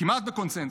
כמעט בקונצנזוס,